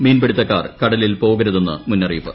മീൻപിടുത്തക്കാർ കടലിൽ പോകരുതെന്ന് മുന്നറിയിപ്പ്